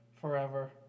forever